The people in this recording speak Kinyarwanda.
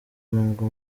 ngo